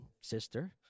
sister